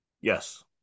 Yes